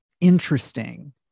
interesting